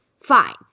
fine